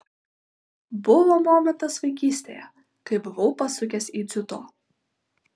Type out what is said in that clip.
buvo momentas vaikystėje kai buvau pasukęs į dziudo